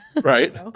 Right